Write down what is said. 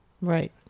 Right